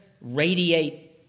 radiate